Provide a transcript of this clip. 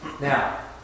Now